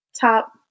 top